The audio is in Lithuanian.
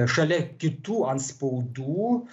šalia kitų antspaudų